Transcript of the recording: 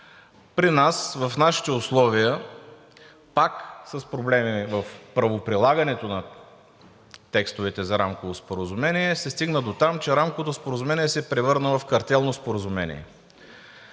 При нас, в нашите условия пак с проблеми в правоприлагането на текстовете за рамково споразумение се стигна дотам, че рамковото споразумение се превърна в картелно споразумение.